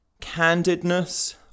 candidness